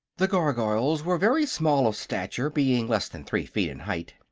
the gargoyles were very small of stature, being less than three feet in height.